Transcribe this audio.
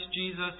Jesus